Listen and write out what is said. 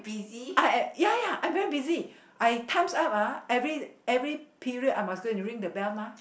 uh ya ya I very busy I times up ah every every period I must go and ring the bell mah